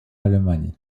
allemagne